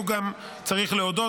צריך להודות,